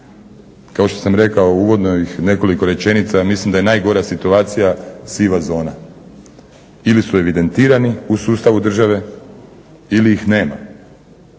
Kao što sam rekao u uvodnih nekoliko rečenica, mislim da je najgora situacija siva zona. Ili su evidentirani u sustavu države ili ih nema.